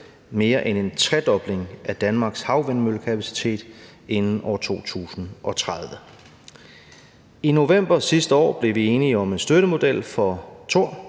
mere end en tredobling af Danmarks havvindmøllekapacitet inden år 2030. I november sidste år blev vi enige om en støttemodel for Thor